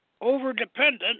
over-dependent